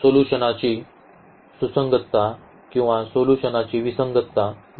सोल्यूशनाची सुसंगतता किंवा सोल्यूशनाची विसंगतता याबद्दल